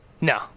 No